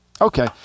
Okay